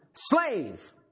Slave